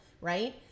right